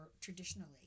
traditionally